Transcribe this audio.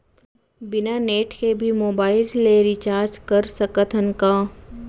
बिना नेट के भी मोबाइल ले रिचार्ज कर सकत हन का?